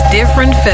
Different